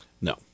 No